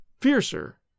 fiercer